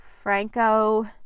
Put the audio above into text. Franco